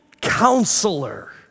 counselor